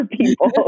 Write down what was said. people